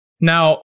Now